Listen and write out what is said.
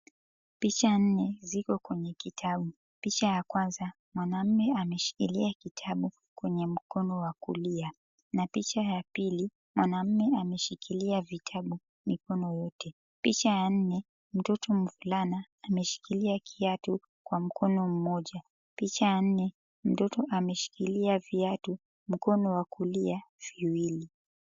Picha nne ziko kwenye kitabu. Picha ya kwanza, mwanamme ameshikilia kitabu kwenye mkono wa kulia. Na picha ya pili, mwanamme ameshikilia vitabu mikono yote. Picha ya nne, mtoto mvulana, ameshikilia viatu kwa mkono mmoja. Picha ya nne, mtoto ameshikilia viatu mkono wa kulia viwili.